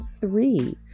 three